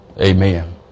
Amen